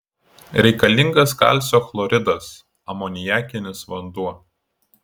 reikalingas kalcio chloridas amoniakinis vanduo